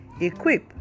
equip